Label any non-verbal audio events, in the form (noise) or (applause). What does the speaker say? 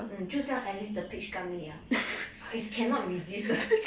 嗯就这样 at least the peach gummy ah is cannot resist (laughs)